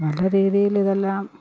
നല്ലരീതിയിൽ ഇതെല്ലാം